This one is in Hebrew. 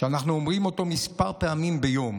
שאנחנו אומרים כמה פעמים ביום,